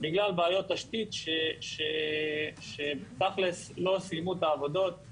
בגלל בעיות תשתית, שתכלס לא סיימו את העבודות.